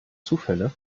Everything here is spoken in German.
zufälle